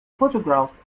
photographs